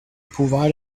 provide